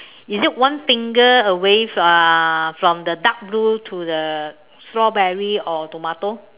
is it one finger away uh from the dark blue to the strawberry or tomato